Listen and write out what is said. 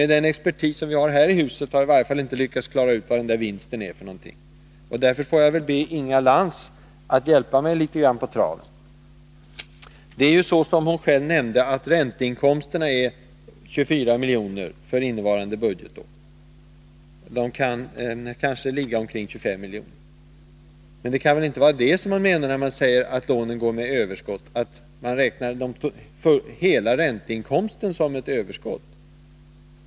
Den expertis som vi har här i huset har i varje fall inte lyckats klara ut vad den där vinsten är för någonting, och därför får jag väl be Inga Lantz att hjälpa mig litet på traven. Det är så, som Inga Lantz själv nämnde, att ränteinkomsten är 24 miljoner för innevarande budgetår — eller låt mig säga omkring 25 miljoner. Men det kan väl inte vara detta som man menar när man säger att lånen ger överskott, alltså att man räknar hela ränteinkomsten som ett överskott.